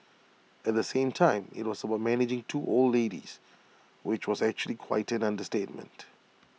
at the same time IT was about managing two old ladies which was actually quite an understatement